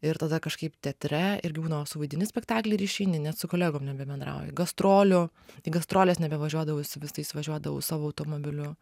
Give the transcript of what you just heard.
ir tada kažkaip teatre irgi būdavo suvaidini spektaklį ir išeini net su kolegom nebebendrauji gastrolių į gastroles nebevažiuodavau su visais važiuodavau savo automobiliu